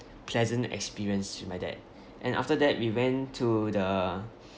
pleasant experience with my dad and after that we went to the